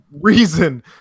reason